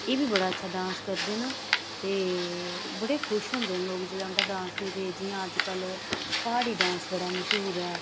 एह् बी बड़ा अच्छा डांस करदे न ते बड़े खुश होंदे न लोग जिसलै उंदा डांस दिखदे जि'यां अजजेल प्हाड़ी डांस बड़ा मश्हूर ऐ